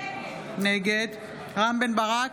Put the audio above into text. נגד רם בן ברק,